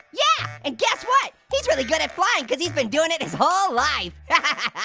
yeah, and guess what? he's really good at flying cause he's been doing it his whole life yeah